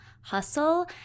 hustle